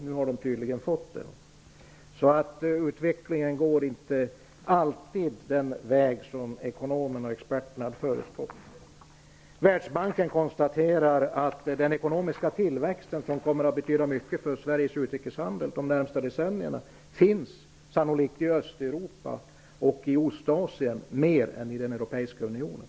Nu har de tydligen fått det. Utvecklingen går alltså inte alltid den väg som ekonomerna och experterna förutspår. Världsbanken konstaterar att den ekonomiska tillväxten, som kommer att betyda mycket för Sveriges utrikeshandel de närmaste decennierna, sannolikt snarare kommer att ske i Östeuropa och i Ostasien än i den europeiska unionen.